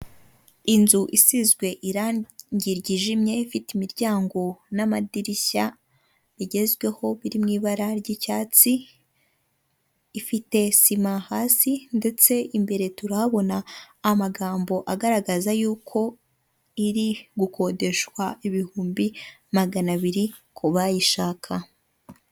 iyi ni inzu nziza yo mu bwoko bwa etaje igerekeranyijemo inshuro ebyiri igizwe n'amabara y'umuhondo amadirishya ni umukara n'inzugi nuko ifite imbuga nini ushobora gukiniramo wowe nabawe mwishimana.